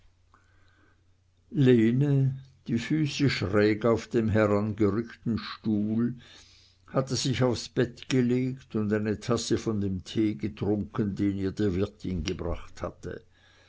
die füße schräg auf dem herangerückten stuhl hatte sich aufs bett gelegt und eine tasse von dem tee getrunken den ihr die wirtin gebracht hatte